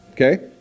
Okay